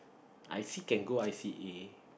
I still can go i_c_a